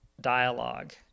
dialogue